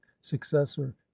successor